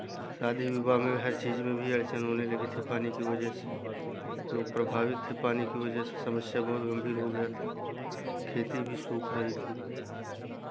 शादी विवाह में हर चीज़ में भी अर्चन होने लगी थी पानी की वजह से लोग प्रभावित थे पानी की वजह से समस्या बहुत गंभीर हो गया था खेती भी सूख रही थी